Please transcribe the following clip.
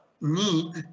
need